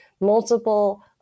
multiple